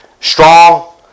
strong